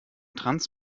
trans